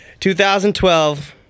2012